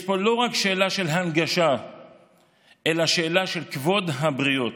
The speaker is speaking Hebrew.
יש פה לא רק שאלה של הנגשה אלא שאלה של כבוד הבריות.